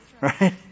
Right